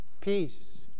peace